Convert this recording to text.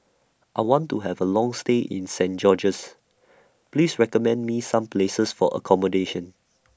I want to Have A Long stay in Saint George's Please recommend Me Some Places For accommodation